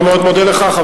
אני מאוד מודה לך.